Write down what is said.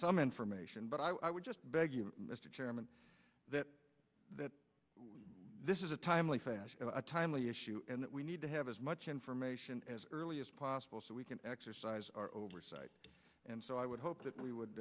some information but i would just beg you mr chairman that this is a timely fashion a timely issue and that we need to have as much information as early as possible so we can exercise our oversight and so i would hope that we would